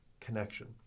connection